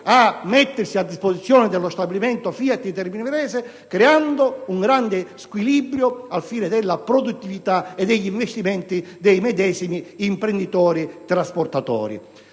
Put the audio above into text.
a mettersi a disposizione dello stabilimento FIAT di Termini creando un grande squilibrio nella produttività e negli investimenti dei medesimi imprenditori del settore.